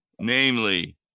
namely